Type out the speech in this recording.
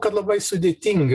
kad labai sudėtinga